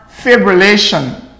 fibrillation